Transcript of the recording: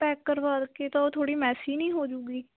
pack ਕਰਵਾ ਕੇ ਤਾਂ ਉਹ ਥੋੜ੍ਹੀ ਮੈਸੀ ਨਹੀਂ ਹੋ ਜਾਵੇਗੀ